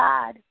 God